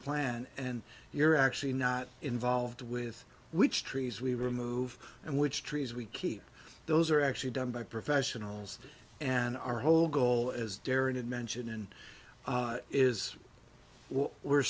plan and you're actually not involved with which trees we remove and which trees we keep those are actually done by professionals and our whole goal as daring to mention and is what we're